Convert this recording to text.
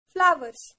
Flowers